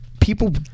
people